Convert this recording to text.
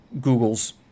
Google's